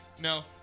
no